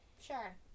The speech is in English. Sure